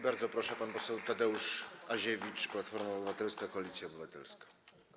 Bardzo proszę, pan poseł Tadeusz Aziewicz, Platforma Obywatelska - Koalicja Obywatelska.